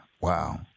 Wow